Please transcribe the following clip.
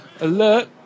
alert